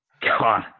God